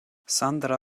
sandra